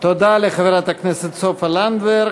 תודה לחברת הכנסת סופה לנדבר.